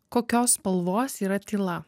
kokios spalvos yra tyla